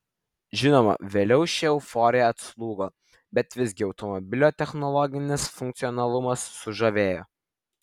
žinoma vėliau ši euforija atslūgo bet visgi automobilio technologinis funkcionalumas sužavėjo